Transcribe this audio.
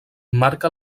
marca